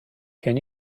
can